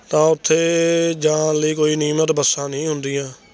ਤਾਂ ਉੱਥੇ ਜਾਣ ਲਈ ਕੋਈ ਨਿਯਮਤ ਬੱਸਾਂ ਨਹੀਂ ਹੁੰਦੀਆਂ